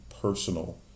personal